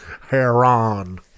heron